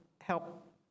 help